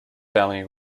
family